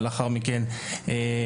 ולאחר מכך לתזכירים.